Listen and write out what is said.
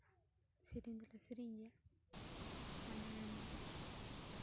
ᱥᱮᱨᱮᱧ ᱫᱚᱞᱮ ᱥᱮᱨᱮᱧ ᱜᱮᱭᱟ ᱢᱟᱱᱮ